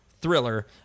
thriller